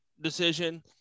decision